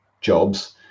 jobs